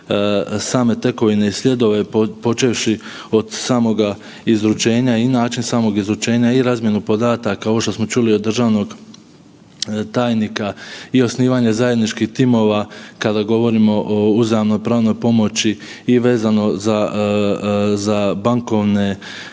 same tekovine i sljedove počevši od samoga izručenja i način samoga izručenja i razmjenu podataka, ovo što smo čuli od državnog tajnika i osnivanje zajedničkih timova kada govorimo o uzajamnoj pravnoj pomoći i vezano za bankovne